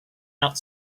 out